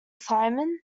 simon